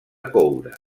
coure